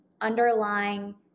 underlying